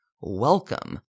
Welcome